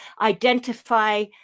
identify